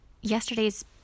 yesterday's